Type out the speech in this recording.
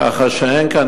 ככה שאין כאן,